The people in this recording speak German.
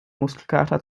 muskelkater